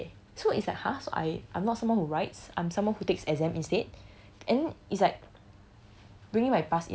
I got B eh so it's like !huh! so I I'm not someone who writes I'm someone who takes exam instead and it's like